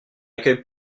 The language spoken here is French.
accueille